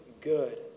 good